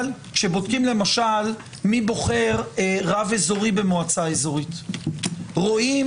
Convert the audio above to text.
אבל כשבודקים למשל מי בוחר רב אזורי במועצה אזורית רואים